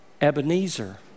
Ebenezer